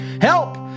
Help